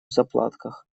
заплатках